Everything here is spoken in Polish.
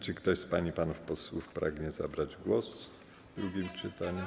Czy ktoś z pań i panów posłów pragnie zabrać głos w drugim czytaniu?